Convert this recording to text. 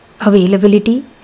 availability